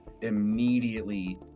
immediately